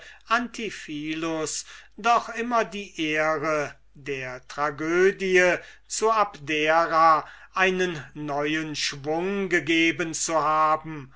doch immer die ehre der tragödie zu abdera einen neuen schwung gegeben zu haben